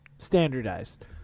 standardized